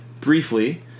briefly